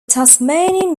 tasmanian